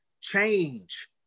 change